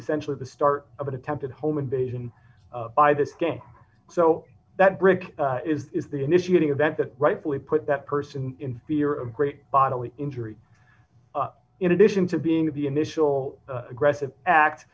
essentially the start of an attempted home invasion by this gang so that brick is the initiating event that rightfully put that person in fear of great bodily injury in addition to being the initial aggressive act